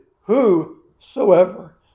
whosoever